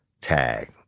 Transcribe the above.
tag